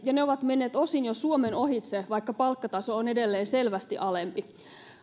ja ne ovat menneet osin jo suomen ohitse vaikka palkkataso on edelleen selvästi alempi